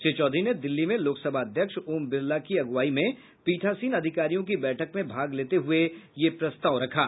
श्री चौधरी ने दिल्ली में लोकसभा अध्यक्ष ओम बिरला की अगुवाई में पीठासीन आधिकारियों की बैठक में भाग लेते हुए ये प्रस्ताव रखा